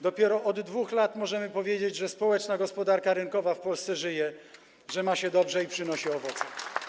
Dopiero od 2 lat możemy powiedzieć, że społeczna gospodarka rynkowa w Polsce żyje, ma się dobrze i przynosi owoce.